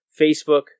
Facebook